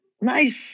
Nice